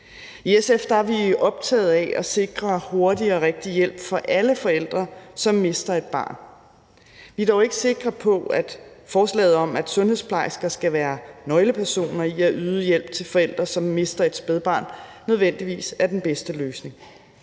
I SF er vi optaget af at sikre hurtig og rigtig hjælp for alle forældre, som mister et barn. Vi er dog ikke sikre på, at forslaget om, at sundhedsplejersker skal være nøglepersoner i at yde hjælp til forældre, som mister et spædbarn, nødvendigvis er den bedste løsning.